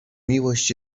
miłość